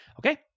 okay